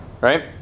right